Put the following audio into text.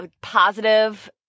positive